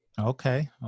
Okay